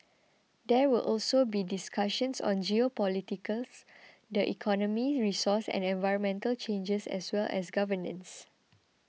there will also be discussions on geopolitics the economy resource and environmental changes as well as governance